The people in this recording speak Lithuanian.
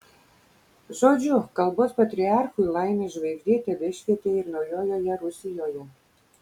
žodžiu kalbos patriarchui laimės žvaigždė tebešvietė ir naujoje rusijoje